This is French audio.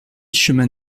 chemin